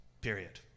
period